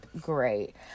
great